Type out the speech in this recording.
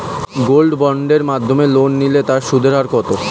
Gold বন্ডের মাধ্যমে loan নিলে তার সুদের হার কত?